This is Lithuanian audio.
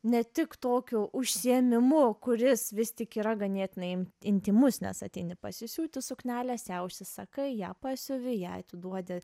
ne tik tokiu užsiėmimu kuris vis tik yra ganėtinai intymus nes ateini pasisiūti suknelės ją užsisakai ją pasiuvi ją atiduodi